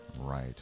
Right